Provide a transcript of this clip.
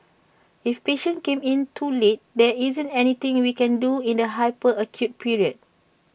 if patients came in too late there isn't anything we can do in the hyper acute period